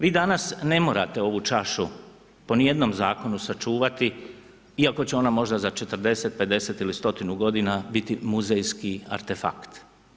Vi danas ne morate ovu čašu po ni jednom zakonu sačuvati iako će ona možda za 40, 50 ili stotinu godina biti muzejski artefakt.